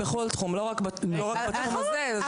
בכל תחום, לא רק בתחום הזה.